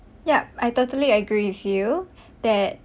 yup I totally agree with you that